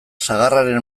sagarraren